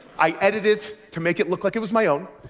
i edited to make it look like it was my own,